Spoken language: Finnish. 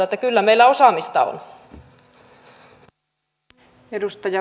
että kyllä meillä osaamista on